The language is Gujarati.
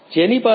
જેની પાસે